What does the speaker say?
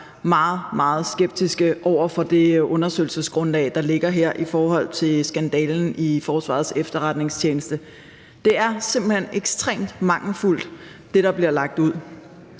meget skeptiske over for det undersøgelsesgrundlag, der ligger her i forhold til skandalen i Forsvarets Efterretningstjeneste. Det er simpelt hen ekstremt mangelfuldt, hvad der bliver lagt ud.